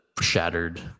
shattered